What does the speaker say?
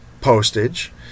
postage